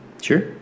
Sure